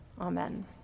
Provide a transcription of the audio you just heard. Amen